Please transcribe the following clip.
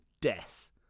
death